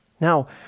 Now